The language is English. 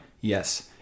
Yes